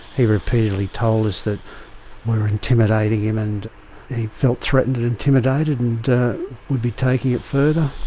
he repeatedly told us that we were intimidating him and he felt threatened and intimidated and would be taking it further.